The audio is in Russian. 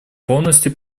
полностью